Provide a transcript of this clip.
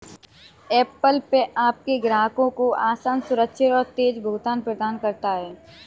Apple Pay आपके ग्राहकों को आसान, सुरक्षित और तेज़ भुगतान प्रदान करता है